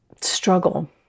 struggle